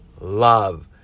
love